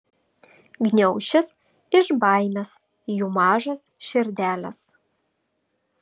gniaušis iš baimės jų mažos širdelės